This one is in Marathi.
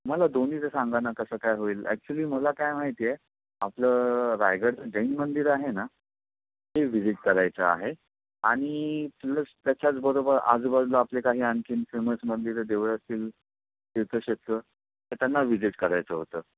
मला दोन्हीचं सांगा ना कसं काय होईल ॲक्चुली मला काय माहिती आहे आपलं रायगडचं जैन मंदिर आहे ना ते व्हिजीट करायचं आहे आणि प्लस त्याच्याच बरोबर आजूबाजूला आपले काही आणखीन फेमस मंदिरं देवळं असतील तीर्थक्षेत्रं तर त्यांना व्हिजिट करायचं होतं